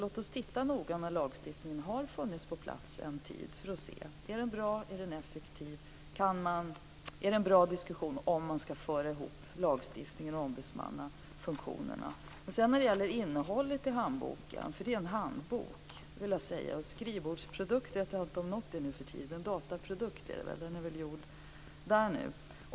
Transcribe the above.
Låt oss däremot när lagstiftningen har funnits en tid se om den är bra och effektiv och se om det är en bra diskussion att föra ihop lagstiftningen och ombudsmannafunktionerna. Det gäller alltså en handbok. Jag vet inte om någonting är skrivbordsprodukter i dag - det är väl snarare dataprodukter. Handboken är i så fall en sådan.